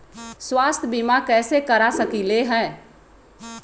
स्वाथ्य बीमा कैसे करा सकीले है?